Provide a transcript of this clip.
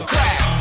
Crack